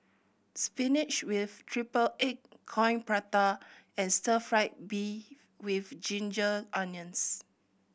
spinach with triple egg Coin Prata and stir fried beef with ginger onions